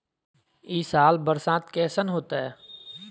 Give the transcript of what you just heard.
ई साल बरसात कैसन होतय?